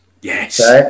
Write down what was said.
yes